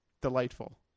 delightful